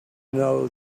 know